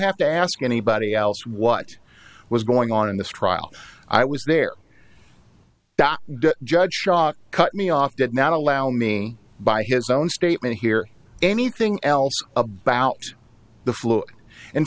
have to ask anybody else what was going on in this trial i was there that judge cut me off did not allow me by his own statement hear anything else about the flow in